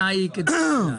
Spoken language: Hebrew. כן.